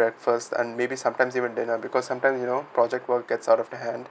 breakfast and maybe sometimes even dinner because sometimes you know project work gets out of the hand